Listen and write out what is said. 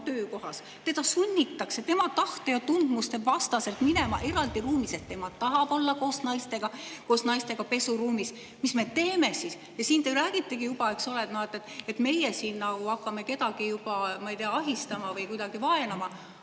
töökohas see, et teda sunnitakse tema tahte ja tundmuste vastaselt minema eraldi ruumi, sest tema tahab olla koos naistega pesuruumis, mis me teeme siis? Siin te ju räägite juba, eks ole, et meie siin hakkame kedagi, ma ei tea, ahistama või kuidagi vaenama.